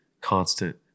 constant